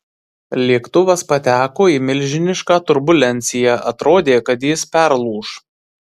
lėktuvas pateko į milžinišką turbulenciją atrodė kad jis perlūš